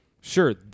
sure